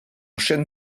chêne